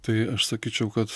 tai aš sakyčiau kad